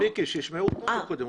מיקי, שישמעו אותנו קודם.